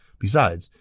besides,